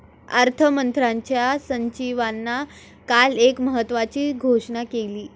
अर्थमंत्र्यांच्या सचिवांनी काल एक महत्त्वाची घोषणा केली